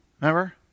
Remember